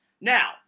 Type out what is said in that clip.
Now